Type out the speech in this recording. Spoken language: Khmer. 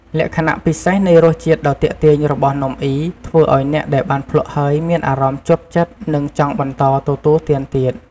លក្ខណៈពិសេសនៃរសជាតិដ៏ទាក់ទាញរបស់នំអុី ធ្វើឱ្យអ្នកដែលបានភ្លក់ហើយមានអារម្មណ៍ជាប់ចិត្ត និងចង់បន្តទទួលទានទៀត។